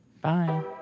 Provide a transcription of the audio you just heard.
Bye